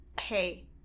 Hey